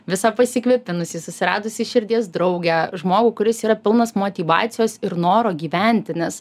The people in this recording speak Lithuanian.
visą pasikvėpinusį susiradusį širdies draugę žmogų kuris yra pilnas motyvacijos ir noro gyventi nes